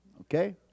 Okay